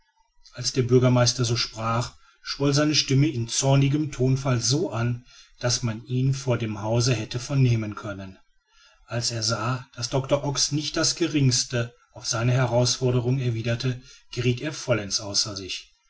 als der bürgermeister so sprach schwoll seine stimme in zornigem tonfall so an daß man ihn vor dem hause hätte vernehmen können als er sah daß doctor ox nicht das geringste auf seine herausforderung erwiderte gerieth er vollends außer sich